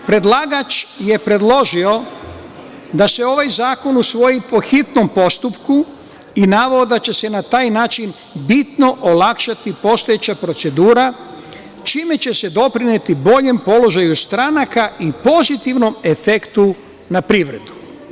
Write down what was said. Predlagač je predložio da se ovaj zakon usvoji po hitnom postupku i naveo da će se na taj način bitno olakšati postojeća procedura, čime će se doprineti boljem položaju stranaka i pozitivnom efektu na privredu.